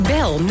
Bel